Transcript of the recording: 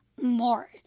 more